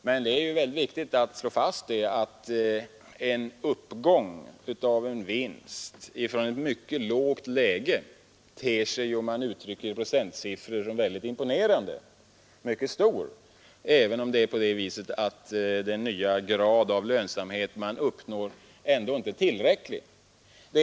Men det är viktigt att slå fast att en uppgång av en vinst från ett mycket lågt läge kan uttryckt i procentsiffror te sig mycket imponerande. Den kan bli stor, även om den nya grad av lönsamhet man uppnår ändå inte är tillräcklig.